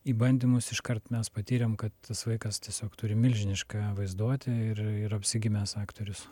į bandymus iškart mes patyrėm kad tas vaikas tiesiog turi milžinišką vaizduotę ir ir apsigimęs aktorius